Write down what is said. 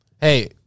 Hey